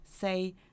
say